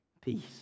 peace